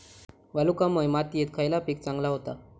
वालुकामय मातयेत खयला पीक चांगला होता?